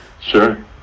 Sure